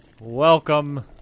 Welcome